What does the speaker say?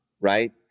right